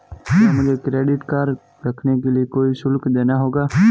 क्या मुझे credit card रखने के लिए कोई शुल्क देना होगा?